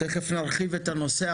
תכף נרחיב את הנושא,